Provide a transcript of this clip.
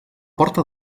porta